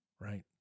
Right